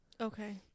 Okay